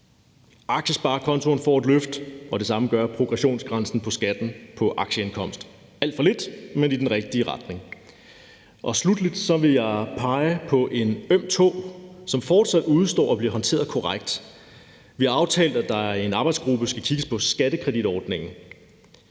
Aktiesparekontoen får et løft, og det samme gør progressionsgrænsen på skatten på aktieindkomst. Det er alt for lidt, men i den rigtige retning. Sluttelig vil jeg pege på en øm tå, som fortsat udestår at blive håndteret korrekt. Vi har aftalt, at der i en arbejdsgruppe skal kigges på skattekreditordningen.